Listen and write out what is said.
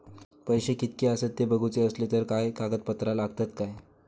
पैशे कीतके आसत ते बघुचे असले तर काय कागद पत्रा लागतात काय?